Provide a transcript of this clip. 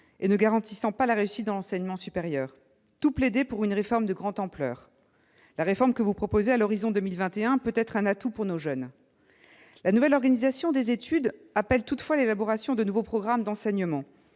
et ne garantissant pas la réussite dans l'enseignement supérieur : tout plaidait pour une réforme de grande ampleur. La réforme que vous proposez à l'horizon de 2021 peut être un atout pour nos jeunes. La nouvelle organisation des études appelle toutefois l'élaboration de nouveaux programmes d'enseignement.